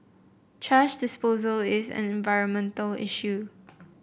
thrash disposal is an environmental issue